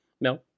No